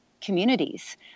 communities